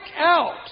out